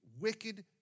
wicked